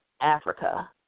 Africa